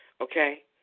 okay